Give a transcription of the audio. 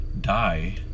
die